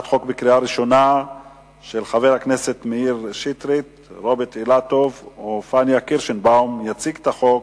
עברה בקריאה ראשונה ותעבור להכנתה לקריאה שנייה ושלישית לוועדת החוקה,